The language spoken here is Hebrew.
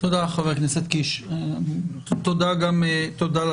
תודה, חבר הכנסת קיש, תודה גם לשר.